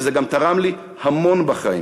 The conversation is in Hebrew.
וזה גם תרם לי המון בחיים.